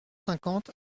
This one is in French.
cinquante